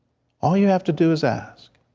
all you have to do is ask.